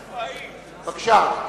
בבקשה.